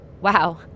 Wow